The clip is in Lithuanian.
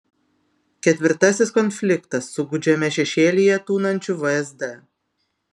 ketvirtasis konfliktas su gūdžiame šešėlyje tūnančiu vsd